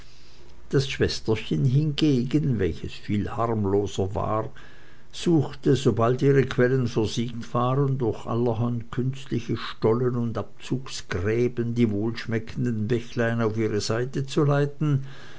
das schwesterchen hingegen welches viel harmloser war suchte sobald ihre quellen versiegt waren durch allerhand künstliche stollen und abzugsgräben die wohlschmeckenden bächlein auf ihre seite zu leiten